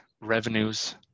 revenues